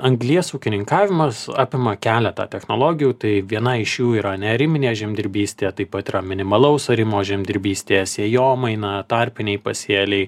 anglies ūkininkavimas apima keletą technologijų tai viena iš jų yra neariminė žemdirbystė taip pat yra minimalaus arimo žemdirbystė sėjomaina tarpiniai pasėliai